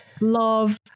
Love